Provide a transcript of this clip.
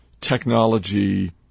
technology